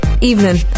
evening